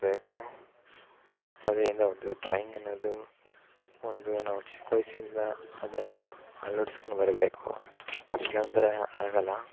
ಬೇಕು ಅದರಿಂದ ಒಂದು ಡ್ರಾಯಿಂಗ್ ಎನ್ನೋದು ಒಂದು ನಾವು ಚಿಕ್ಕ ವಯಸ್ಸಿಂದ ಅದನ್ನು ಅಳ್ವಡ್ಸ್ಕೊಂಡು ಬರಬೇಕು ಇಲ್ಲ ಅಂದ್ರೆ ಆಗೋಲ್ಲ